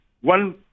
one